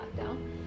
Lockdown